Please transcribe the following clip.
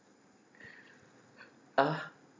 uh